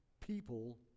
people